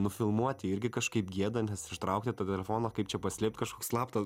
nufilmuoti irgi kažkaip gėda nes ištraukti tą telefoną kaip čia paslėpt kažkoks slapta